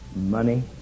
money